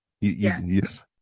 yes